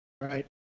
Right